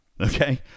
Okay